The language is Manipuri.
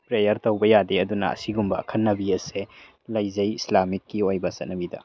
ꯄ꯭ꯔꯦꯌꯔ ꯇꯧꯕ ꯌꯥꯗꯦ ꯑꯗꯨꯅ ꯑꯁꯤꯒꯨꯝꯕ ꯑꯈꯟꯅꯕꯤ ꯑꯁꯦ ꯂꯩꯖꯩ ꯏꯁꯂꯥꯃꯤꯛꯀꯤ ꯑꯣꯏꯕ ꯆꯠꯅꯕꯤꯗ